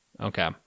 Okay